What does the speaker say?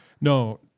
No